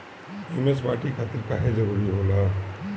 Humus माटी खातिर काहे जरूरी होला?